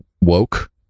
woke